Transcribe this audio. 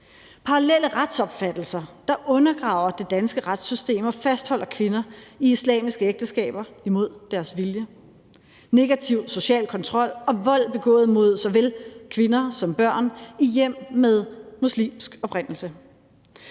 parallelle retsopfattelser, der undergraver det danske retssystem og fastholder kvinder i islamiske ægteskaber imod deres vilje; negativ social kontrol; vold begået mod såvel kvinder som børn i hjem med muslimsk oprindelse;